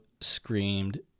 screamed